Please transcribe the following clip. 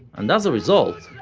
and as a result,